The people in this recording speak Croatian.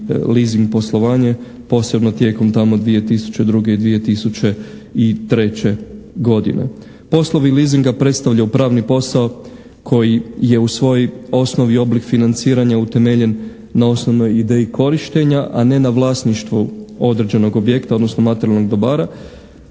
leasing poslovanje posebno tijekom tamo 2002. i 2003. godine. Poslovi leasinga predstavljaju pravni posao koji je u svojoj osnovi oblik financiranja utemeljen na osnovnoj ideji korištenja, a ne na vlasništvu određenog objekta, odnosno materijalnih dobara